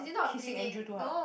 kissing Andrew too hard